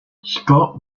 scott